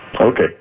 Okay